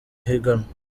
higanwa